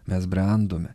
mes brendome